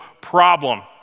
problem